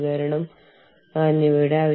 നിങ്ങൾ ഒരു ട്രാഫിക് ജാമിൽ കുടുങ്ങുന്നു